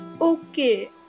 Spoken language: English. okay